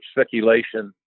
speculation